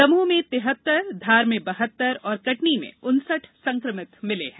दमोह में तिहत्तर धार में बहत्तर और कटनी में उनसठ संक्रमित मिले हैं